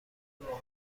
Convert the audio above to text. روغن